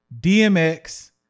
DMX